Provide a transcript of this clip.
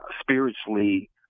spiritually